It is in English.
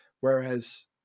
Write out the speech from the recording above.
whereas